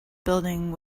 building